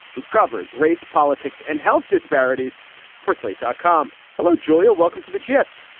who covers race, politics and health disparities for slate dot com. hello, julia. welcome to the gist.